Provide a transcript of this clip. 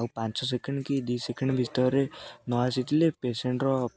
ଆଉ ପାଞ୍ଚ ସେକେଣ୍ଡ କି ଦୁଇ ସେକେଣ୍ଡ ଭିତରେ ନ ଆସିଥିଲେ ପେସେଣ୍ଟର